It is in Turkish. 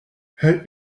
her